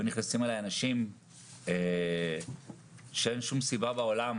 והיו נכנסים אליי אנשים שאין שום סיבה בעולם